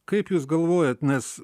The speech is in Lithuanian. kaip jūs galvojat nes